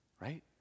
right